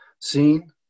seen